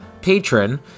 patron